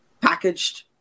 packaged